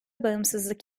bağımsızlık